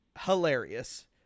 hilarious